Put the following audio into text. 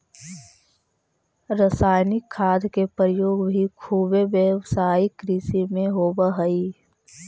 रसायनिक खाद के प्रयोग भी खुबे व्यावसायिक कृषि में होवऽ हई